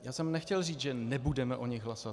Já jsem nechtěl říct, že nebudeme o nich hlasovat.